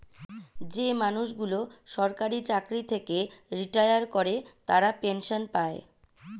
যে মানুষগুলো সরকারি চাকরি থেকে রিটায়ার করে তারা পেনসন পায়